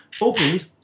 opened